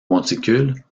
monticule